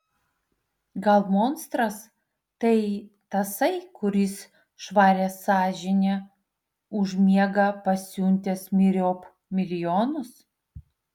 gal monstras tai tasai kuris švaria sąžine užmiega pasiuntęs myriop milijonus